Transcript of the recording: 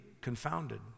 confounded